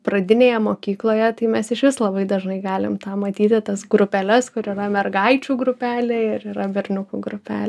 pradinėje mokykloje tai mes išvis labai dažnai galim tą matyti tas grupeles kur yra mergaičių grupelė ir yra berniukų grupelė